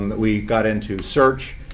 we got into search,